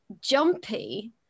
jumpy